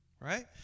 Right